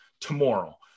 tomorrow